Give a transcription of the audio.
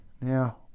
Now